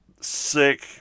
sick